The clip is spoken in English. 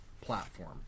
platform